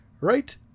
right